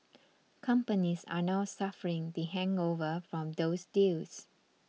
companies are now suffering the hangover from those deals